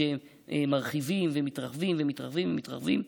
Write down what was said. להחליט שמרחיבים ומתרחבים ומתרחבים ומתרחבים.